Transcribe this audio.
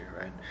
right